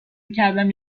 میکردم